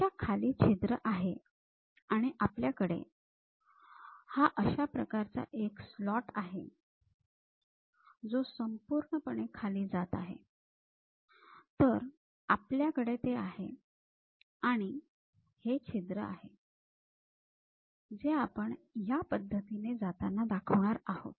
त्याच्या खाली छिद्र आहे आणि आपल्याकडे हा अशा प्रकारचा एक स्लॉट आहे जो संपूर्णपणे खाली जात आहे तर आपल्याकडे ते आहे आणि हे छिद्र आहे जे आपण या पद्धतीने जाताना दाखवणार आहोत